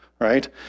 right